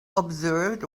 observed